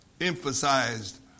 emphasized